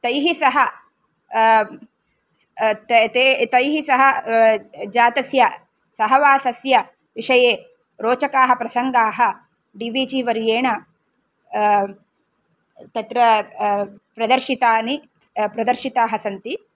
तैः सह तैः सह जातस्य सहवासस्य विषये रोचकाः प्रसङ्गाः डी वी जी वर्येण तत्र प्रदर्शितानि प्रदर्शिताः सन्ति